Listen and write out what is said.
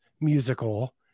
musical